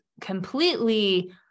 completely